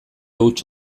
huts